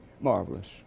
marvelous